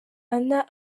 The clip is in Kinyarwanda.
anna